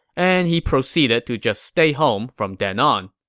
and he proceeded to just stay home from then on